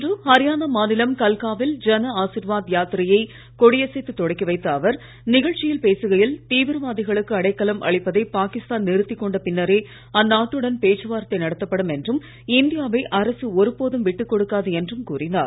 இன்று ஹரியானா மாநிலம் கல்கா வில் ஜன ஆசிர்வாத் யாத்திரையை கொடியசைத்து தொடக்கிவைத்த அவர் நிகழ்ச்சியில் பேசுகையில் தீவிரவாதிகளுக்கு அடைக்கலம் அளிப்பதை பாகிஸ்தான் நிறுத்திக்கொண்ட பின்னரே அந்நாட்டுடன் பேச்சுவார்த்தை நடத்தப்படும் என்றும் இந்தியா வை அரசு ஒருபோதும் விட்டுக் கொடுக்காது என்றும் கூறினார்